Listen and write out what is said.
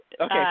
Okay